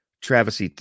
Travis